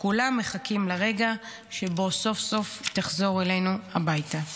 כולם מחכים לרגע שבו היא סוף-סוף תחזור אלינו הביתה.